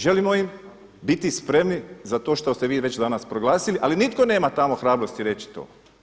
Želimo biti spremni za to što ste vi već danas proglasili ali nitko nema tamo hrabrosti reći to.